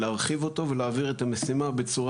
להרחיב אותו ולהעביר את המשימה בצורה